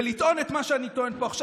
ולטעון את מה שאני טוען פה עכשיו.